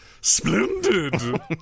Splendid